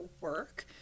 work